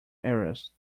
areas